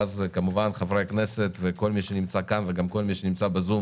ואז כמובן חברי הכנסת וכל מי שנמצא כאן וגם כל מי שנמצא בזום